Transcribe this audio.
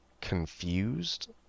confused